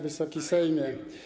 Wysoki Sejmie!